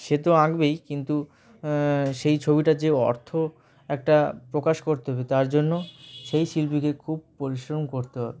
সে তো আঁকবেই কিন্তু সেই ছবিটার যে অর্থ একটা প্রকাশ করতে হবে তার জন্য সেই শিল্পীকে খুব পরিশ্রম করতে হবে